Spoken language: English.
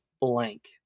blank